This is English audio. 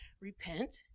Repent